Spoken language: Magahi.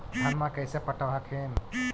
धन्मा कैसे पटब हखिन?